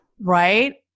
Right